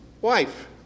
wife